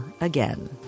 again